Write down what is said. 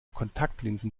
kontaktlinsen